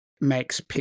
makes